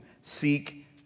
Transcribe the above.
seek